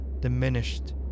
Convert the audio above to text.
diminished